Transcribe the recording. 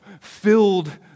filled